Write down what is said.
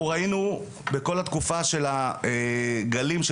אנחנו ראינו בכל התקופה של הגלים של